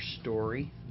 story